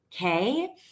Okay